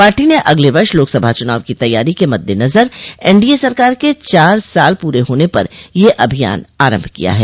party ने अगले वर्ष लोकसभा चुनाव की तैयारी के मद्देनजर एनडीए सरकार के चार साल पूरे होने पर यह अभियान आरंभ किया है